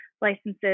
licenses